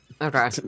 Okay